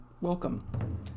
Welcome